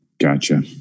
Gotcha